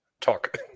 talk